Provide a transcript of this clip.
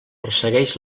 ressegueix